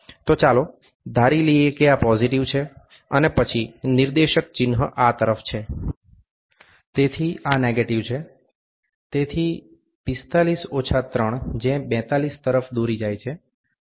તો ચાલો ધારી લઈએ કે આ પોઝિટિવ છે અને પછી નિર્દેશક ચિન્હ આ તરફ છે તેથી આ નેગેટીવ છે તેથી 45 ઓછા 3 જે 42 તરફ દોરી જાય છે